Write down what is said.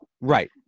Right